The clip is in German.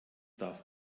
darf